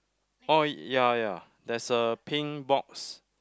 oh ya ya there's a pink box